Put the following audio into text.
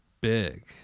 big